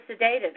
sedated